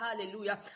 hallelujah